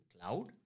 cloud